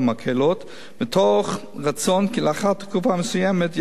מתוך רצון כי לאחר תקופה מסוימת יעמדו כל מבקשי התעודה